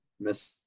miss